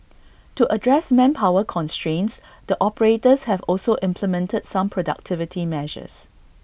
to address manpower constraints the operators have also implemented some productivity measures